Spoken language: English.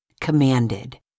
commanded